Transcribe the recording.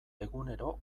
egunero